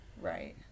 Right